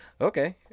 Okay